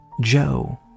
Joe